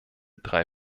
drei